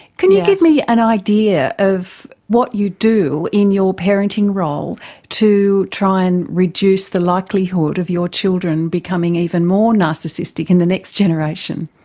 can you give me an idea of what you do in your parenting role to try and reduce the likelihood of your children becoming even more narcissistic in the next generation?